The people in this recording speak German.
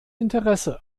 interesse